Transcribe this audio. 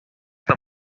the